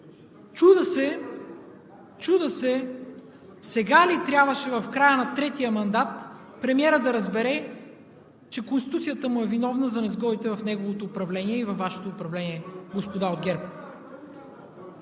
Чудя се: сега ли трябваше – в края на третия мандат, премиерът да разбере, че Конституцията му е виновна за несгодите в неговото и във Вашето управление, господа от ГЕРБ?